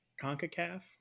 CONCACAF